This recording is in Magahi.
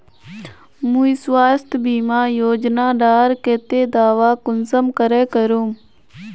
मुई स्वास्थ्य बीमा योजना डार केते दावा कुंसम करे करूम?